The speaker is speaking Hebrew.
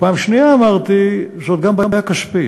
ופעם שנייה אמרתי: זו גם בעיה כספית.